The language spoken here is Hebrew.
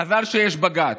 מזל שיש בג"ץ,